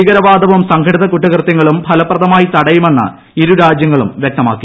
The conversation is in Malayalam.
ഭീകരവാദവും സംഘടിത കുറ്റകൃത്യങ്ങളും ഫലപ്രദമായി തടയുമെന്ന് ഇരുരാജ്യങ്ങളും വൃക്തമാക്കി